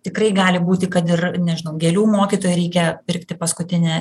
tikrai gali būti kad ir nežinau gėlių mokytojai reikia pirkti paskutinę